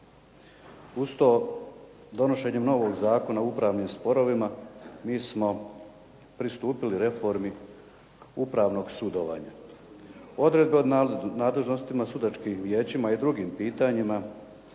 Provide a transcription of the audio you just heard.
Uz to, donošenjem novog Zakona o upravnim sporovima mi smo pristupili reformi upravnog sudovanja. Odredbe o nadležnostima, sudačkim vijećima i drugim pitanjima,